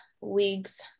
week's